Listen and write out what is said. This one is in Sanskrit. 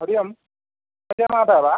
हरि ओम् वा